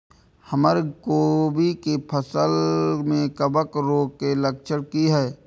हमर कोबी के फसल में कवक रोग के लक्षण की हय?